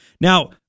Now